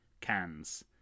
cans